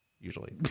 Usually